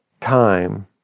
time